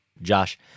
josh